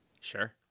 Sure